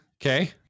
Okay